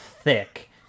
thick